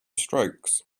strokes